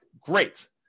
great